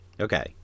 Okay